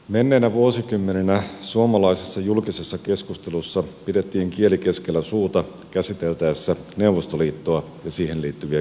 menneinä vuosikymmeninä suomalaisessa julkisessa keskustelussa pidettiin kieli keskellä suuta käsiteltäessä neuvostoliittoa ja siihen liittyviä kysymyksiä